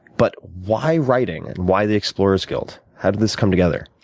but why writing, and why the explorer's guild? how did this come together?